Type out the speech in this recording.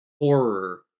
horror